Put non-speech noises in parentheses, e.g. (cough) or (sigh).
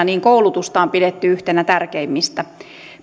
(unintelligible) niin koulutusta on pidetty yhtenä tärkeimmistä